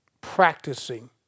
Practicing